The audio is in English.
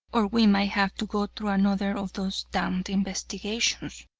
or we might have to go through another of those damned investigations.